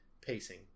pacing